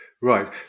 Right